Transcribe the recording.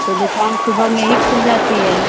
तो दुकान सुबह में ही खुल जाती हैं